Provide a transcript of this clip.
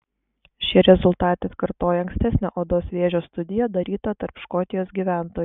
šie rezultatai atkartoja ankstesnę odos vėžio studiją darytą tarp škotijos gyventojų